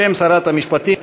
בשם שרת המשפטים,